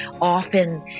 often